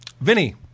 Vinny